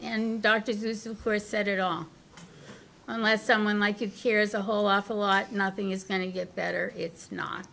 first set it off unless someone like it hears a whole awful lot nothing is going to get better it's not